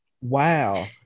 Wow